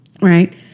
right